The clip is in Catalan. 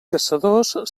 caçadors